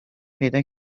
پیدا